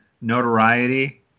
notoriety